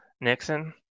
Nixon